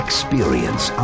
Experience